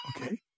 Okay